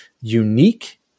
unique